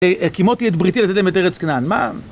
הקימותי את בריתי לתת להם את ארץ כנען, מה?